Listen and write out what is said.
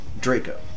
Draco